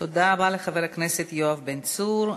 תודה רבה לחבר הכנסת יואב בן צור.